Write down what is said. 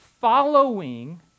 following